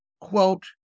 quote